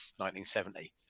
1970